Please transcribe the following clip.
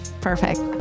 Perfect